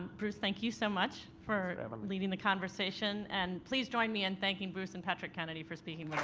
bruce, thank you so much for leading the conversation. and please join me in thanking bruce and patrick kennedy for speaking